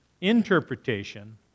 interpretation